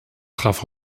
traf